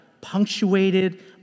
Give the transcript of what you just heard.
punctuated